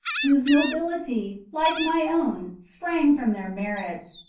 whose nobility, like my own, sprang from their merit.